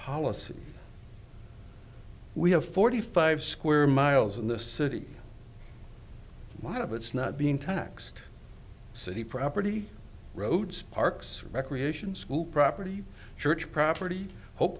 policy we have forty five square miles in the city lot of it's not being taxed city property roads parks recreation school property church property hope